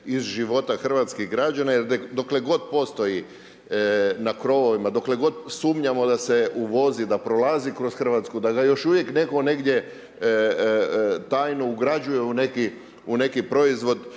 iz života hrvatskih građana. Jer dokle god postoji na krovovima dokle god sumnjamo da se uvozi da prolazi kroz hrvatsku da ga još uvijek netko negdje tajno ugrađuje u neki proizvod